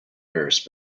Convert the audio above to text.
nurse